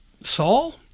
Saul